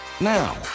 Now